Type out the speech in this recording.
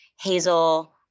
Hazel